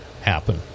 happen